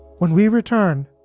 when we return,